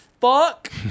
fuck